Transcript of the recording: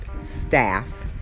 staff